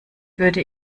würde